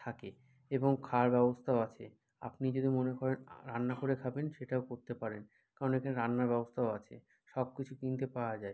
থাকে এবং খাওয়ার ব্যবস্থাও আছে আপনি যদি মনে করেন রান্না করে খাবেন সেটাও করতে পারেন কারণ এখানে রান্নার ব্যবস্থাও আছে সব কিছু কিনতে পাওয়া যায়